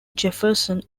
jefferson